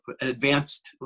advanced